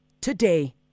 today